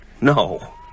No